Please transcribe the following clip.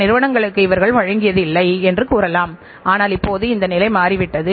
இந்த இயக்கச் சுழற்சியில் நம்மிடம் ஆரம்பத்தில் பணம் உள்ளது